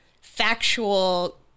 factual